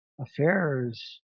affairs